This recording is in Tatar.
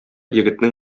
егетнең